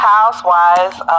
Housewives